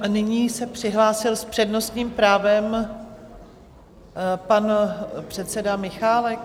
A nyní se přihlásil s přednostním právem pan předseda Michálek?